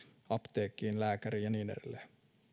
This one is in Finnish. apteekkiin lääkäriin ja niin edelleen